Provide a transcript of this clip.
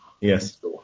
Yes